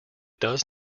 does